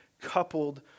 coupled